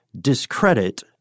discredit